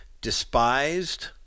despised